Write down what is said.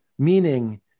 Meaning